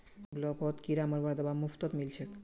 ब्लॉकत किरा मरवार दवा मुफ्तत मिल छेक